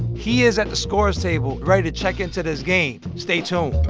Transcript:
he is at the scorers table ready to check into this game. stay tuned